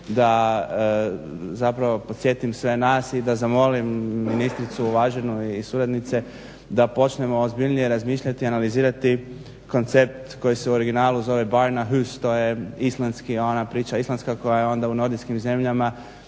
da zapravo podsjetim sve nas i da zamolim ministricu uvaženu i suradnice da počnemo ozbiljnije razmišljati, analizirati koncept koji se u originalu zove …/Govornik se ne razumije./… islandski ona priča islandska koja je onda u Nordijskim zemljama